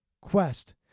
quest